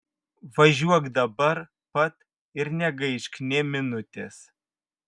važiuok dabar pat ir negaišk nė minutės